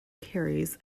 carries